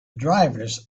drivers